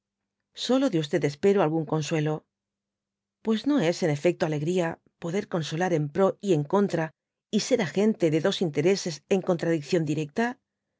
solo de espero algún cojteuelo pues no es en efecto alegría poder consolar en pro y en contra y ser agente de dos intereses en contradicción directa